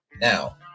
Now